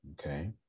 okay